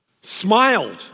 smiled